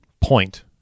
point